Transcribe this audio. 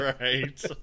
right